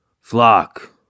Flock